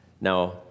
Now